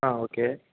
okay